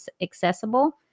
accessible